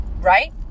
Right